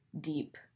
deep